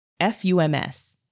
FUMS